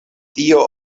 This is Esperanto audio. tio